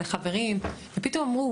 לחברים ופתאום אמרו,